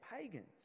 pagans